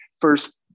first